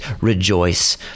rejoice